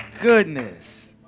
goodness